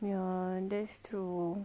ya that's true